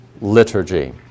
liturgy